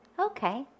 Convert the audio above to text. Okay